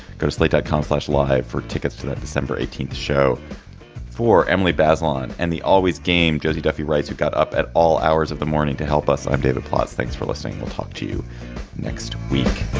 go slate dot com fleshlight for tickets to that december eighteenth show for emily bazelon and the always game josie duffy writes, who got up at all hours of the morning to help us? i'm david plotz. thanks for listening. we'll talk to you next week